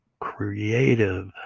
creative